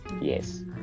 yes